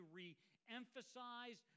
re-emphasize